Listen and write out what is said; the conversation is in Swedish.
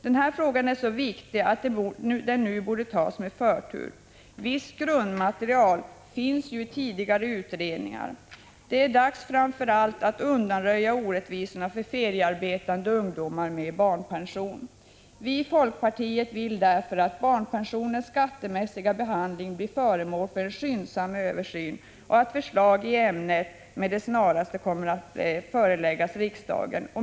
Den här frågan är så viktig att den nu borde behandlas med förtur. Visst grundmaterial finns ju i tidigare utredningar. Det är dags att framför allt undanröja orättvisorna för feriearbetande ungdomar med barnpension. Vi i folkpartiet vill därför att den skattemässiga behandlingen av barnpensionen blir föremål för en skyndsam översyn och att förslag i ämnet med det snaraste kommer att föreläggas riksdagen.